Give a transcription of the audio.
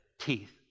teeth